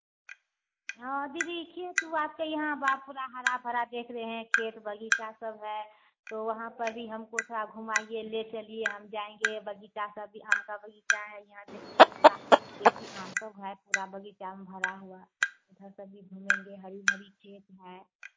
हाँ दीदी इसलिए तो आपके यहाँ बाग पूरा हरा भरा देख रहे हैं खेत बगीचा सब है तो वहाँ पर भी हमको थोड़ा घुमाइए ले चलिए हम जाएंगे बगीचा सभी आम का बगीचा है यहाँ देखे हैं पूरा देशी आम सब है पूरा बगीचा भरा हुआ है इधर पर भी घूमेंगे हरी भरी खेत है